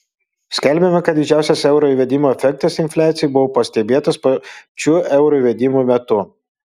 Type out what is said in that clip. skelbiama kad didžiausias euro įvedimo efektas infliacijai buvo pastebėtas pačiu euro įvedimo metu